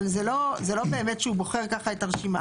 אבל זה לא, זה לא באמת שהוא בוחר כך את הרשימה.